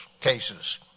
cases